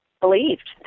believed